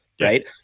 Right